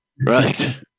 Right